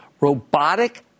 robotic